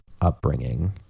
upbringing